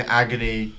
agony